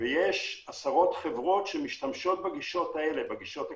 ויש עשרות חברות שמשתמשות בהן, בגישות הקלסיות.